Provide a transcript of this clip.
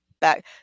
back